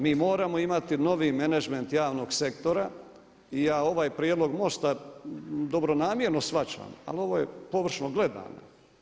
Mi moramo imati novi menadžment javnog sektora i ja ovaj prijedlog MOST-a dobro namjerno shvaćam, ali ovo je površno gledano.